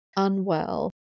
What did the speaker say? unwell